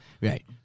Right